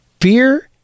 fear